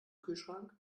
kühlschrank